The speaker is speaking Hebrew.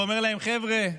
והוא אומר להם: חבר'ה,